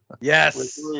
Yes